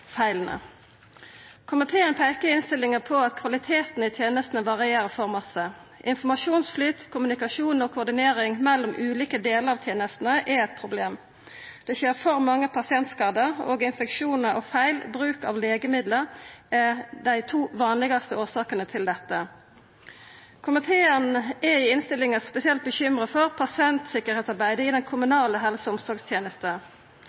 Komiteen peikar i innstillinga på at kvaliteten i tenestene varierer for mykje. Informasjonsflyt, kommunikasjon og koordinering mellom ulike delar av tenestene er eit problem. Det skjer for mange pasientskadar, og infeksjonar og feil bruk av legemiddel er dei to vanlegaste årsakene til dette. Komiteen er i innstillinga spesielt bekymra for pasientsikkerheitsarbeidet i den